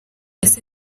ese